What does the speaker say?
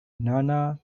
nana